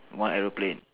what aeroplane